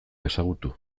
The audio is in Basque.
ezagutu